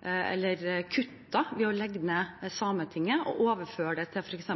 ved å legge ned Sametinget og overføre det til f.eks.